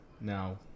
now